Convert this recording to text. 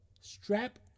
strap